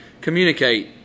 Communicate